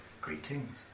Greetings